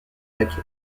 laquais